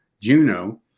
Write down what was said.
Juno